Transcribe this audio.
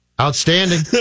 Outstanding